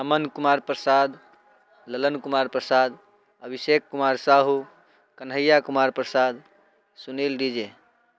Aman Kumar Prasad Lalan Kumar Prasad Abhishek Kumar Sahu Kanhaiya Kumar Prasad Sunil DJ